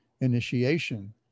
initiation